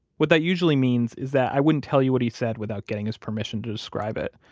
what that usually means is that i wouldn't tell you what he said without getting his permission to describe it.